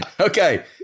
Okay